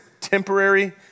temporary